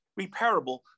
repairable